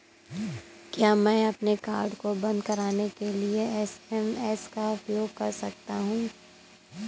क्या मैं अपने कार्ड को बंद कराने के लिए एस.एम.एस का उपयोग कर सकता हूँ?